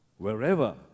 Wherever